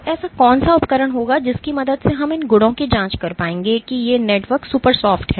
तो ऐसा कौन सा उपकरण होगा जिसकी मदद से हम इन गुणों की जांच कर पाएंगे कि ये नेटवर्क सुपर सॉफ्ट हैं